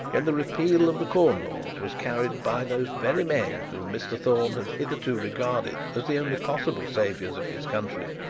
when the repeal of the corn laws was carried by those very men whom mr thorne had hitherto regarded as the only possible saviours of his country,